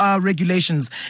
regulations